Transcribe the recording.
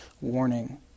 warning